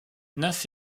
neuf